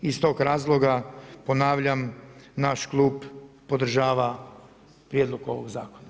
Iz tog razloga, ponavljam, naš klub podržava prijedlog ovog zakona.